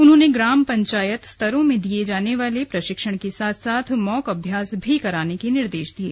उन्होंने ग्राम पंचायत स्तरों में दिये जाने वाले प्रशिक्षण के साथ साथ मॉक अभ्यास भी कराने के निर्देश दिये